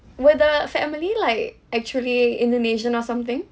were the family like actually indonesian or something